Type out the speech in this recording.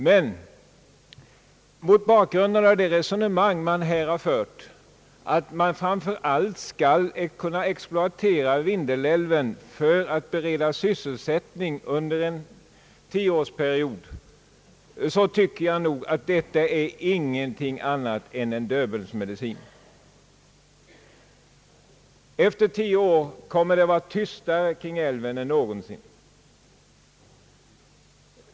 Det resonemang som man här har fört om att man framför allt skall exploatera Vindelälven för att bereda sysselsättning under en tioårsperiod, tycker jag inte innebär någonting annat än en Döbeln-medicin. Efter tio år kommer det att vara tystare kring älven än någonsin.